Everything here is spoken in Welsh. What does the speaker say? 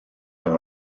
fel